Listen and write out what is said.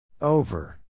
over